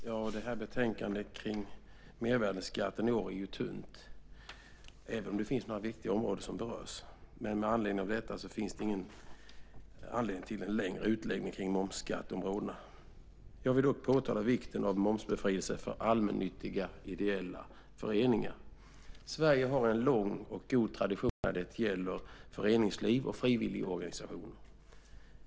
Herr talman! Betänkandet om mervärdesskatten i år är tunt, även om det finns några viktiga områden som berörs. Men det finns ingen anledning till en längre utläggning kring momsskatteområden. Jag vill dock påtala vikten av momsbefrielse för allmännyttiga ideella föreningar. Sverige har en lång och god tradition när det gäller föreningsliv och frivilligorganisationer.